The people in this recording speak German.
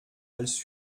als